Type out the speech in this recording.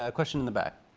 ah question in the back.